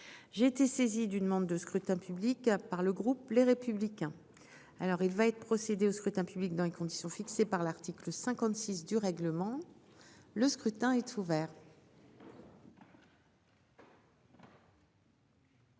J'ai été saisi d'une demande de scrutin public par le groupe Les Républicains. Alors il va être procédé au scrutin public dans les conditions fixées par l'article 56 du règlement. Le scrutin est ouvert.